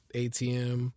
atm